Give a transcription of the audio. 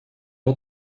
вот